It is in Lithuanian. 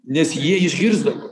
nes jie išgirsdavo